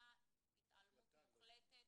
ולעומתה התעלמות מוחלטת